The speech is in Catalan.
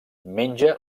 menja